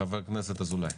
חבר הכנסת אזולאי.